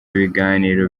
ibiganiro